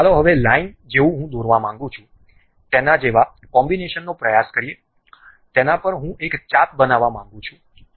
ચાલો હવે લાઈન જેવું હું દોરવા માંગું છું તેના જેવા કોમ્બિનેશનનો પ્રયાસ કરીએ તેના પર હું એક ચાપ બનાવવા માંગુ છું